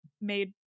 made